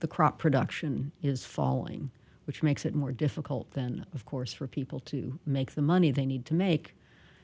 the crop production is falling which makes it more difficult then of course for people to make the money they need to make